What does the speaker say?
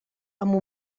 amb